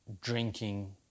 drinking